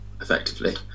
effectively